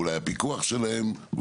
אולי הפיקוח שלהן.